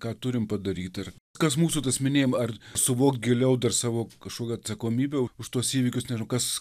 ką turim padaryt ar kas mūsų tas minėjim ar suvokt giliau dar savo kažkokią atsakomybę už tuos įvykius nežinau kas